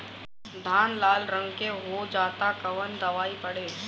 धान लाल रंग के हो जाता कवन दवाई पढ़े?